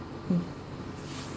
um